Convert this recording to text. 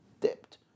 dipped